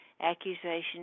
accusations